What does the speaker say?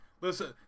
Listen